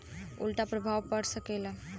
उल्टा प्रभाव पड़ सकेला